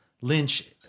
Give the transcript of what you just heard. Lynch